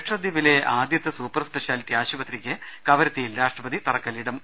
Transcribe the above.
ലക്ഷദ്വീപിലെ ആദ്യത്തെ super speciality ആശുപ ത്രിക്ക് കവരത്തിയിൽ രാഷ്ട്രപതി തറക്കല്ലിടും